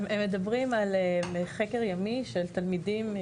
הם מדברים על חקר ימי של תלמידים.